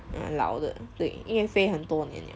uh 老的对因为飞很多年 liao